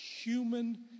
human